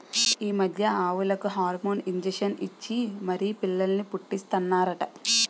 ఈ మధ్య ఆవులకు హార్మోన్ ఇంజషన్ ఇచ్చి మరీ పిల్లల్ని పుట్టీస్తన్నారట